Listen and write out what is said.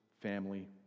family